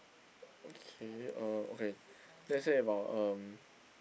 okay uh okay let's say about um